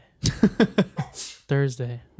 Thursday